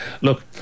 Look